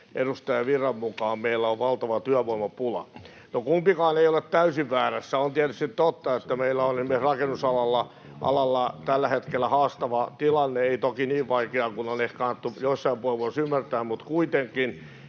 edustaja Virran mukaan meillä on valtava työvoimapula. No kumpikaan ei ole täysin väärässä. On tietysti totta, että meillä on esimerkiksi rakennusalalla tällä hetkellä haastava tilanne, ei toki niin vaikea kuin on ehkä annettu joissain puheenvuoroissa ymmärtää, mutta kuitenkin.